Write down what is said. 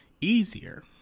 easier